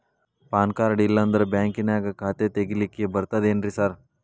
PAN card ಇಲ್ಲಂದ್ರ ಬ್ಯಾಂಕಿನ್ಯಾಗ ಖಾತೆ ತೆಗೆಲಿಕ್ಕಿ ಬರ್ತಾದೇನ್ರಿ ಸಾರ್?